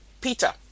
Peter